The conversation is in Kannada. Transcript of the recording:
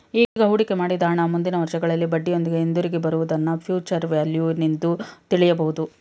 ಈಗ ಹೂಡಿಕೆ ಮಾಡಿದ ಹಣ ಮುಂದಿನ ವರ್ಷಗಳಲ್ಲಿ ಬಡ್ಡಿಯೊಂದಿಗೆ ಹಿಂದಿರುಗಿ ಬರುವುದನ್ನ ಫ್ಯೂಚರ್ ವ್ಯಾಲ್ಯೂ ನಿಂದು ತಿಳಿಯಬಹುದು